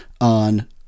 on